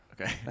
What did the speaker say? Okay